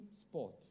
sport